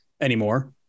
anymore